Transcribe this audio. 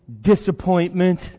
disappointment